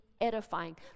edifying